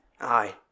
Aye